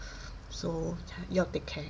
so 要 take care